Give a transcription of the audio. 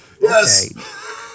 Yes